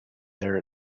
there